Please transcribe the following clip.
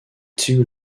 two